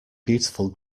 beautiful